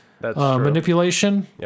Manipulation